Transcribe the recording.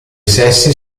sessi